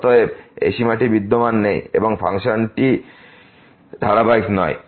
অতএব এই সীমাটি বিদ্যমান নেই এবং ফাংশনটি ধারাবাহিক নয়